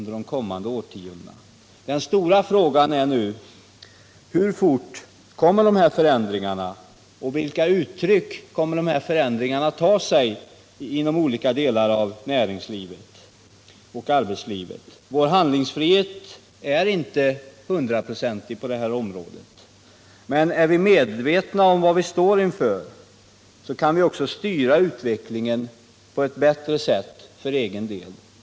Den stora frågan är nu: Hur snart kommer dessa förändringar, och vilka uttryck kommer de att ta sig inom .olika delar av näringslivet och arbetslivet? Vår handlingsfrihet är inte hundraprocentig på detta område. Men om vi är medvetna om vad vi står inför kan vi också styra utvecklingen på ett bättre sätt.